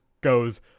goes